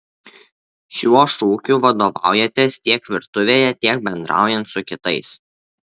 šiuo šūkiu vadovaujatės tiek virtuvėje tiek bendraujant su kitais